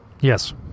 yes